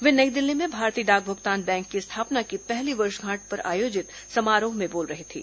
वे नई दिल्ली में भारतीय डाक भुगतान बैंक की स्थापना की पहली वर्षगांठ पर आयोजित समारोह में बोल रहे थे